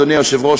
אדוני היושב-ראש,